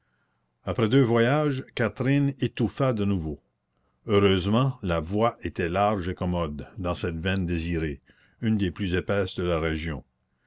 après deux voyages catherine étouffa de nouveau heureusement la voie était large et commode dans cette veine désirée une des plus épaisses de la région